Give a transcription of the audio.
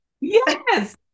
Yes